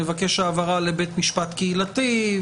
נבקש העברה לבית משפט קהילתי.